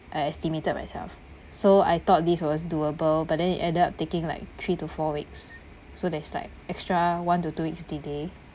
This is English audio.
I estimated myself so I thought this was doable but then it add up taking like three to four weeks so there's like extra one to two weeks delay